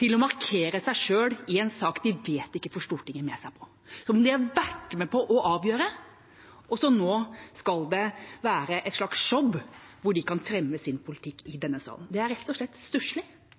til å markere seg selv i en sak de vet de ikke får Stortinget med seg på – en sak de har vært med på å avgjøre. Nå skal det være et slags show hvor de kan fremme sin politikk i denne salen. Det er rett og slett